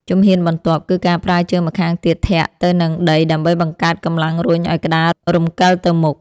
ជំហានបន្ទាប់ គឺការប្រើជើងម្ខាងទៀតធាក់ទៅនឹងដីដើម្បីបង្កើតកម្លាំងរុញឱ្យក្ដាររំកិលទៅមុខ។